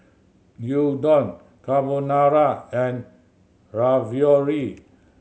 Gyudon Carbonara and Ravioli